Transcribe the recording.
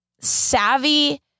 savvy